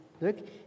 look